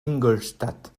ingolstadt